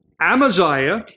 Amaziah